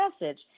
message